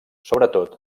sobretot